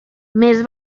més